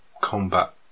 combat